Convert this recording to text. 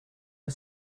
are